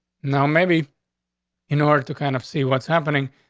no, maybe in order to kind of see what's happening.